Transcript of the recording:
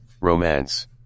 Romance